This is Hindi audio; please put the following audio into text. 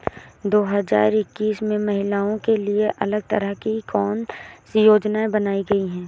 दो हजार इक्कीस में महिलाओं के लिए अलग तरह की कौन सी योजना बनाई गई है?